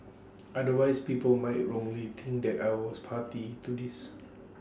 otherwise people might wrongly think that I was party to this